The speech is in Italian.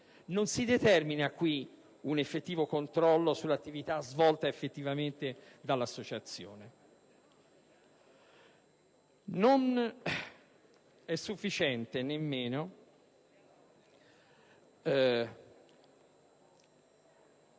Non si determina un effettivo controllo sull'attività svolta effettivamente dall'associazione. Nel presente disegno